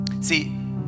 See